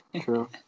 True